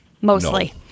Mostly